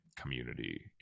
community